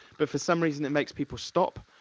but, for some reason, it makes people stop,